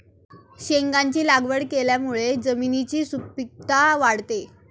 शेंगांची लागवड केल्यामुळे जमिनीची सुपीकता वाढते